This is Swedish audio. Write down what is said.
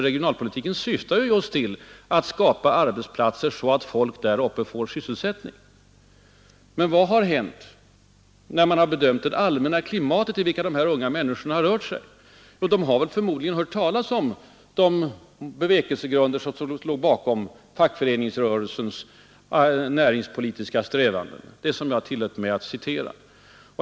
Regionalpolitiken syftar ju just till att skapa arbetsplatser så att folk får sysselsättning och inte behöver flytta. Och det allmänna klimat i vilket dessa människor har rört sig? De har väl förmodligen hört talas om fackföreningsrörelsens näringspolitiska strävanden — de som jag tillät mig citera.